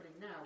now